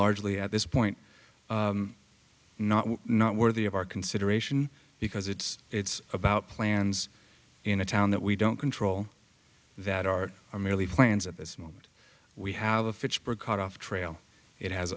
largely at this point not not worthy of our consideration because it's it's about plans in a town that we don't control that are merely plans at this moment we have a fish bird caught off trail it has